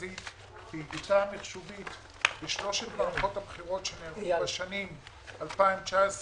המרכזית בשלוש מערכות הבחירות שנערכו בשנים 2019,2020,